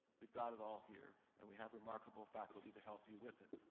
we've got it all here and we have remarkable faculty to help you with it.